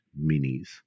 minis